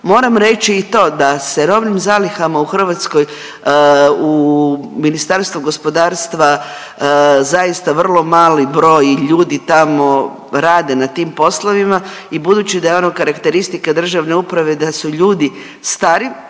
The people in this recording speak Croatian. moram reći i to da se robnim zalihama u Hrvatskoj u Ministarstvu gospodarstva zaista vrlo mali broj ljudi tamo rade na tim poslovima i budući da je ono karakteristika državne uprave da su ljudi stari